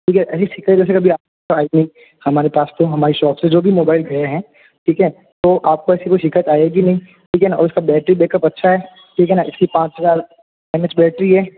ठीक है जैसे कभी आई थीं हमारे पास तो हमारी शॉप से जो भी मोबाइल गए हैं ठीक है तो आपको ऐसी कोई शिकायत आएगी नहीं ठीक है ना और इसका बैटरी बैकअप अच्छा है ठीक है ना इसकी पाँच हज़ार एम एच बैटरी है